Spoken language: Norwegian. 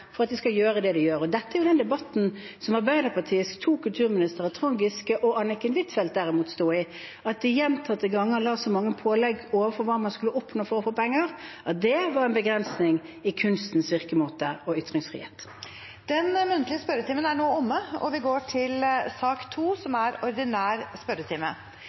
for at de skal gjøre det de gjør. Dette er derimot den debatten som to av Arbeiderpartiets kulturministre, Trond Giske og Anniken Huitfeldt, sto i, at de gjentatte ganger ga så mange pålegg om hva man skulle oppnå for å få penger, at det var en begrensning av kunstens virkemåte og ytringsfrihet. Den muntlige spørretimen er nå omme. Det blir noen endringer i den oppsatte spørsmålslisten, og